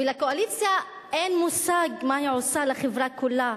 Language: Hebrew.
לקואליציה אין מושג מה היא עושה לחברה כולה,